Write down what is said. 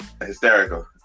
Hysterical